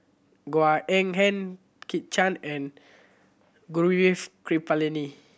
Goh Eng Han Kit Chan and Gaurav Kripalani